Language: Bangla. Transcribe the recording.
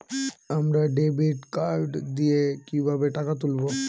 আমরা ডেবিট কার্ড দিয়ে কিভাবে টাকা তুলবো?